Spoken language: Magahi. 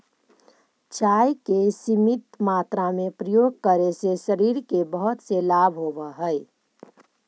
चाय के सीमित मात्रा में प्रयोग करे से शरीर के बहुत से लाभ होवऽ हइ